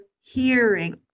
hearing